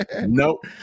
Nope